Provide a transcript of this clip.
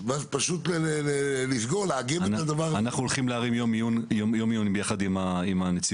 ואז פשוט לסגור --- אנחנו הולכים 'להרים' יום עיון יחד עם הנציבות,